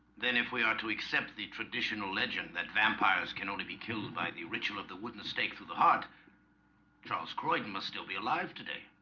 then if we are to accept the traditional legend that vampires can only be killed by the ritual of the wooden stake through the heart charles croydon must still be alive today